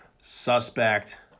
suspect